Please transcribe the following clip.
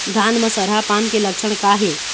धान म सरहा पान के लक्षण का हे?